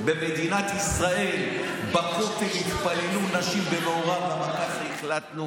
במדינת ישראל נשים יתפללו בכותל במעורב כי ככה החלטנו,